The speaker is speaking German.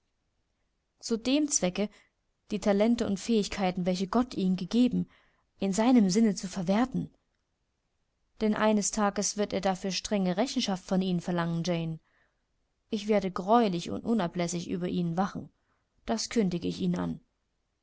zu dem zwecke die talente und fähigkeiten welche gott ihnen gegeben in seinem sinne zu verwerten denn eines tages wird er dafür strenge rechenschaft von ihnen verlangen jane ich werde getreulich und unablässig über ihnen wachen das kündige ich ihnen an